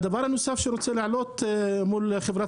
דבר נוסף שאני רוצה להעלות בפני חברת